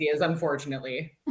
unfortunately